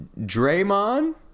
Draymond